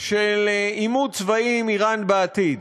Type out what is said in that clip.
של עימות צבאי עם איראן בעתיד.